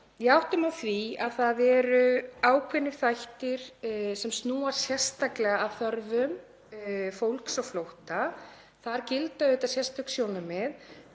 Ég átta mig á því að það eru ákveðnir þættir sem snúa sérstaklega að þörfum fólks á flótta. Þar gilda sérstök sjónarmið